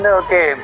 okay